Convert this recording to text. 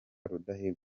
rudahigwa